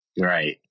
right